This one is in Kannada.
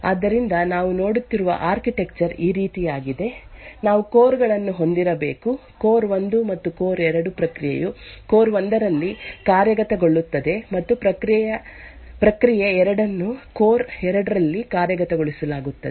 ಆದ್ದರಿಂದ ನಾವು ನೋಡುತ್ತಿರುವ ಆರ್ಕಿಟೆಕ್ಚರ್ ಈ ರೀತಿಯದ್ದಾಗಿದೆ ನಾವು ಕೋರ್ ಗಳನ್ನು ಹೊಂದಿರಬೇಕು ಕೋರ್ 1 ಮತ್ತು ಕೋರ್ 2 ಪ್ರಕ್ರಿಯೆಯು ಕೋರ್ 1 ರಲ್ಲಿ ಕಾರ್ಯಗತಗೊಳ್ಳುತ್ತದೆ ಮತ್ತು ಪ್ರಕ್ರಿಯೆ ಎರಡನ್ನು ಕೋರ್ 2 ರಲ್ಲಿ ಕಾರ್ಯಗತಗೊಳಿಸಲಾಗುತ್ತದೆ